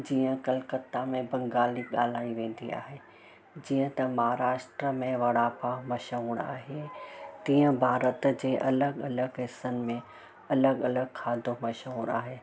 जीअं कलकत्ता में बंगाली ॻाल्हाई वेंदी आहे जीअं त महाराष्ट्रा में वडा पाव मशहूरु आहे तीअं भारत जे अलॻि अलॻि हिसनि में अलॻि अलॻि खाधो मशहूरु आहे